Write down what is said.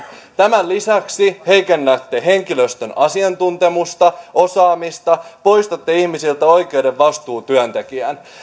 tämän lisäksi heikennätte henkilöstön asiantuntemusta osaamista poistatte ihmisiltä oikeuden vastuutyöntekijään